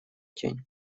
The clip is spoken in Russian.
тень